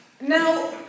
Now